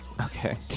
okay